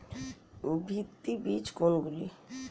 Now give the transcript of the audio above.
ভিত্তি বীজ কোনগুলি?